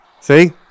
See